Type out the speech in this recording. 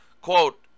Quote